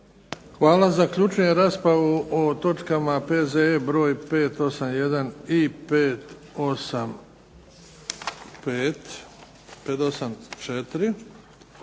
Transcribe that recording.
Hvala. Zaključujem raspravu o točkama P.Z.E. br. 581. i 584.